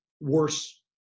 worse